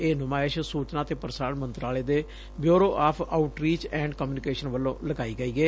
ਇਹ ਨੁਮਾਇਸ਼ ਸੂਚਨਾ ਤੇ ਪ੍ਸਾਰਣ ਮੰਤਰਾਲੇ ਦੇ bureau of outreach and communication ਵਲੋਂ ਲਗਾਈ ਗਈ ਏ